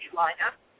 lineup